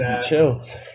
chills